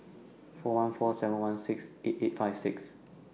four one four seven one six eight eight five six